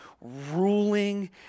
ruling